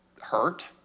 hurt